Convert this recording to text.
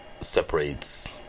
separates